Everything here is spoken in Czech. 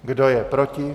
Kdo je proti?